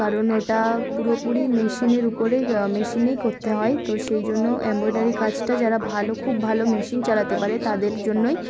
কারণ ওটা পুরোপুরি মেশিনের উপরে মেশিনেই করতে হয় তো সেই জন্য এম্ব্রয়ডারি কাজটা যারা ভালো খুব ভালো মেশিন চালাতে পারে তাদের জন্যই